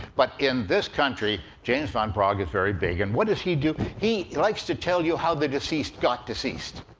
but in this country, james van praagh is very big. and what does he do? he likes to tell you how the deceased got deceased,